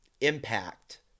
impact